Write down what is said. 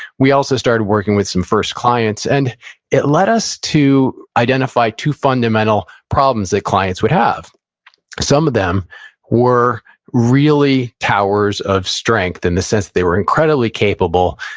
we also started working with some first clients, and it led us to identify two fundamental problems that clients would have some of them were really towers of strength, in the sense that they were incredibly capable,